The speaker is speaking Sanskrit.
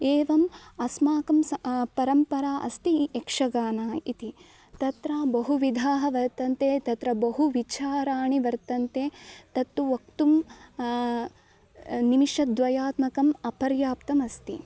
एवम् अस्माकं स परम्परा अस्ति यक्षगानम् इति तत्र बहुविधाः वर्तन्ते तत्र बहु विचाराणि वर्तन्ते तत्तु वक्तुं निमिषद्वयात्मकम् अपर्याप्तम् अस्ति